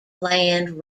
land